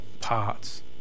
parts